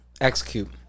execute